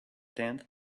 tenth